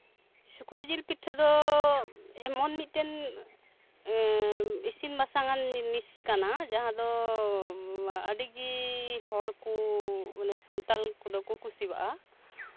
ᱥᱩᱠᱨᱤ ᱡᱤᱞ ᱯᱤᱴᱷᱟᱹ ᱫᱚ ᱮᱢᱚᱱ ᱢᱤᱫᱴᱮᱱ ᱤᱥᱤᱱ ᱵᱟᱥᱟᱝ ᱟᱱ ᱡᱤᱱᱤᱥ ᱠᱟᱱᱟ ᱡᱟᱸᱦᱟ ᱫᱚ ᱟᱹᱰᱤᱜᱮ ᱦᱚᱲ ᱠᱚ ᱥᱟᱱᱛᱟᱞ ᱠᱚᱫᱚ ᱠᱚ ᱠᱩᱥᱤᱭᱟᱜᱼᱟ